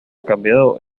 cambiado